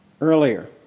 earlier